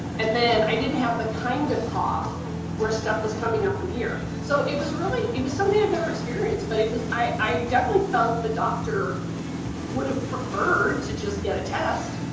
and then i didn't have the kind of cough where stuff was coming up from here. so it was really, it was something i've never experienced, but it was, i definitely felt the doctor would've preferred to just get a test.